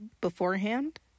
beforehand